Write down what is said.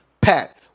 Pat